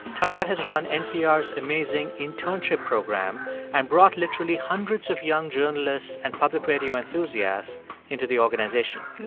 taara has run npr's amazing internship program and brought literally hundreds of young journalists and public radio enthusiasts into the organization.